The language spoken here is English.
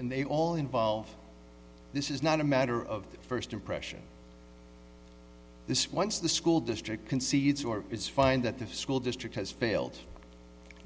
and they all involve this is not a matter of first impression this once the school district concedes or is fine that the school district has failed